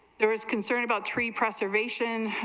there is concern about tree preservation